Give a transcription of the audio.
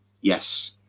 Yes